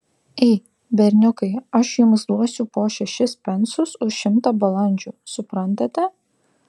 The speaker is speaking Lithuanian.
ei berniukai aš jums duosiu po šešis pensus už šimtą balandžių suprantate